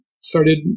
started